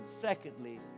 Secondly